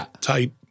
tight